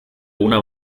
una